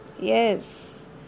yes